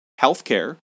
healthcare